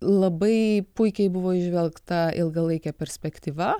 labai puikiai buvo įžvelgta ilgalaikė perspektyva